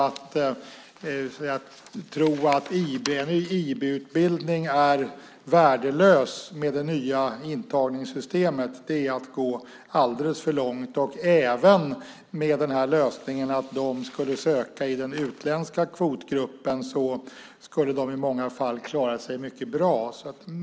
Att tro att en IB-utbildning är värdelös med det nya intagningssystemet är att gå alldeles för långt. Även med lösningen att de skulle söka i den utländska kvotgruppen skulle de i många fall klara sig mycket bra.